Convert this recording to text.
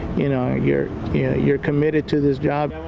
you know you're yeah you're committed to this job.